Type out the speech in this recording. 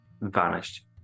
vanished